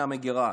מהמגרה.